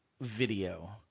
video